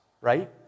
right